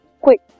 quick